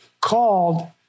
called